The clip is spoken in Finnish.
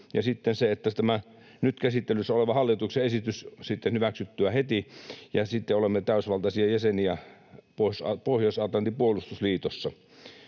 loppuun ja tämän nyt käsittelyssä olevan hallituksen esityksen sitten heti hyväksyttyä. Sitten olemme täysivaltaisia jäseniä Pohjois-Atlantin puolustusliitossa.